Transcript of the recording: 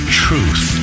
truth